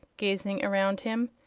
gazing around him,